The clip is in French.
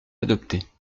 adopter